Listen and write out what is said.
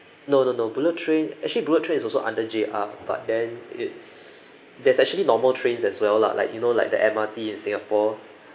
no no no bullet train actually bullet train is also under J_R but then it's there's actually normal trains as well lah like you know like the M_R_T in singapore